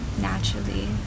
naturally